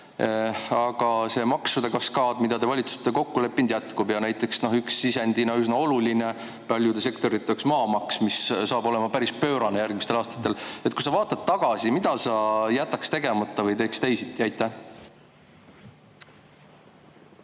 Aga see maksude kaskaad, mida te valitsuses olete kokku leppinud, jätkub. Ja ühe sisendina üsna oluline paljude sektorite jaoks on maamaks, mis saab olema päris pöörane järgmistel aastatel. Kui sa vaatad tagasi, mida sa jätaks tegemata või teeks teisiti? Aitäh!